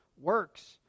works